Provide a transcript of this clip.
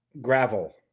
gravel